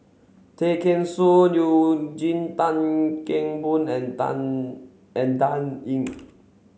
Tay Kheng Soon Eugene Tan Kheng Boon and Dan and Dan Ying